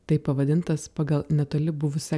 taip pavadintas pagal netoli buvusią